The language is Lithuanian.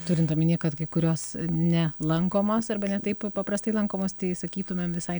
turint omenyje kad kai kurios ne lankomos arba ne taip paprastai lankomos tai sakytumėm visai